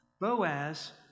Boaz